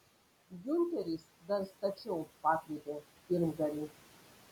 giunteris dar stačiau pakreipė pirmgalį